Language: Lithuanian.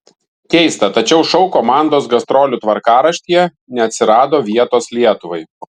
keista tačiau šou komandos gastrolių tvarkaraštyje neatsirado vietos lietuvai